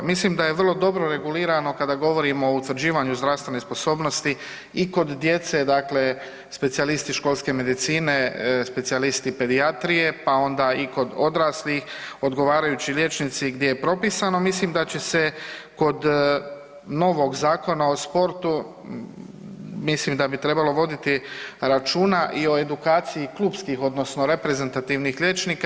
Mislim da je vrlo dobro regulirano kada govorimo o utvrđivanju zdravstvene sposobnosti i kod djece dakle specijalisti školske medicine, specijalisti pedijatrije pa onda i kod odraslih odgovarajući liječnici gdje je propisano, mislim da će se kod novog Zakona o sportu, mislim da bi trebalo voditi računa i o edukaciji klupskih odnosno reprezentativnih liječnika.